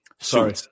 sorry